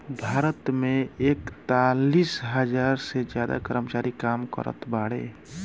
भारत मे एकतालीस हज़ार से ज्यादा कर्मचारी काम करत बाड़े